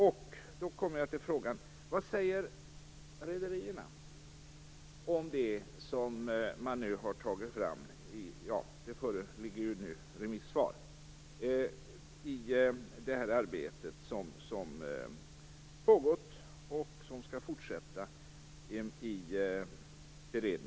Och då kommer jag till frågan: Vad säger rederierna om det förslag som man nu har tagit fram? Det föreligger ju nu remissvar när det gäller det arbete som har pågått och som skall fortsätta att beredas.